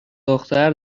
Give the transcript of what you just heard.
دختر